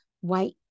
white